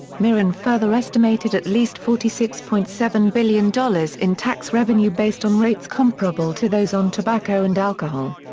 miron further estimated at least forty six point seven billion dollars in tax revenue based on rates comparable to those on tobacco and alcohol.